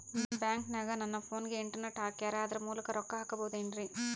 ಬ್ಯಾಂಕನಗ ನನ್ನ ಫೋನಗೆ ಇಂಟರ್ನೆಟ್ ಹಾಕ್ಯಾರ ಅದರ ಮೂಲಕ ರೊಕ್ಕ ಹಾಕಬಹುದೇನ್ರಿ?